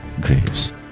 graves